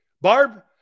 Barb